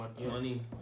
Money